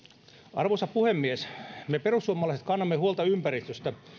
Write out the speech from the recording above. arvoisa puhemies me perussuomalaiset kannamme huolta ympäristöstä